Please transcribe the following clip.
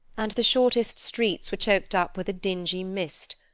and the shortest streets were choked up with a dingy mist,